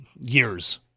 years